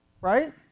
right